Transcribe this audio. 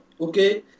okay